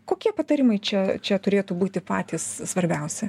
kokie patarimai čia čia turėtų būti patys svarbiausi